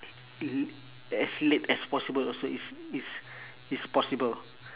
mmhmm as late as possible also it's it's it's possible